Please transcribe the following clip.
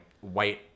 white